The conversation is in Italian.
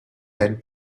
ann